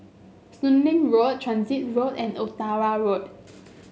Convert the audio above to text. Soon Leng Road Transit Road and Ottawa Road